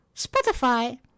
Spotify